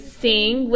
sing